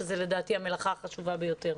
שזו לדעתי המלאכה החשובה ביותר.